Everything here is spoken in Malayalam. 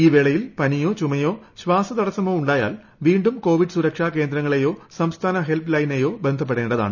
ഈ വേളയിൽ പനിയോ ചൂമയോ ശ്വാസതടസമോ ഉണ്ടായാൽ വീണ്ടും കോവിഡ് സുരക്ഷാ കേന്ദ്രങ്ങളെയോ സംസ്ഥാന ഹെൽപ് ലൈനെയോ ബന്ധപ്പെടേണ്ടതാണ്